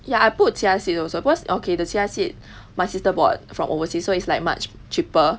ya I put chia seeds also because okay the chia seed my sister bought from overseas so it's like much cheaper